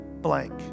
blank